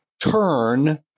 turn